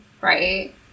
right